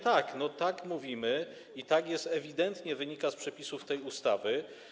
Tak, tak mówimy i tak ewidentnie wynika z przepisów tej ustawy.